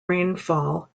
rainfall